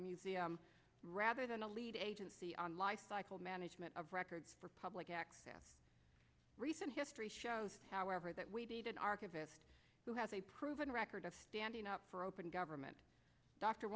museum rather than a lead agency on life cycle management of records for public access recent history shows however that we an archivist who has a proven record of standing up for open government dr